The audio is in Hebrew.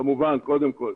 כמובן קודם כול,